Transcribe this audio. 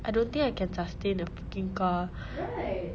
I don't think I can sustain a fucking car